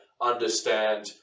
understand